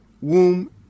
womb